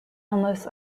unless